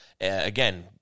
Again